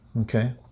Okay